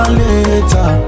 later